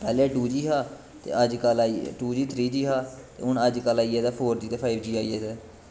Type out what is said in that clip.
पैह्लें two G three G हा हून अजकल फोर जी ते फाईव जी आई गेदे